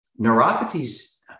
Neuropathies